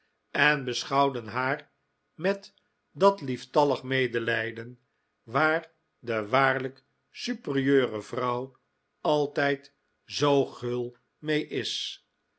en beschouwden haar met dat lieftallig medelijden waar de waarlijk superieure vrouw altijd zoo gul mee is